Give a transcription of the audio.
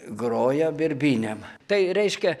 grojo birbynėm tai reiškia